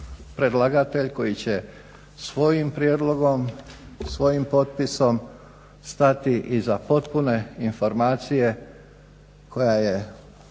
predlagatelj koji će svojim prijedlogom, svojim potpisom stati iza potpune informacije koja je